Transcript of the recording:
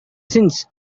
since